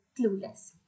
clueless